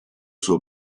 suo